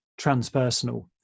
transpersonal